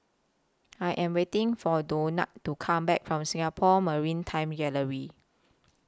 I Am waiting For Donat to Come Back from Singapore Maritime Gallery